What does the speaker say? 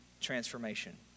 transformation